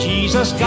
Jesus